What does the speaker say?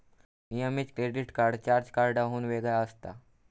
नियमित credit card charge कार्डाहुन वेगळा असता